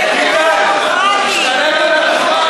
דב,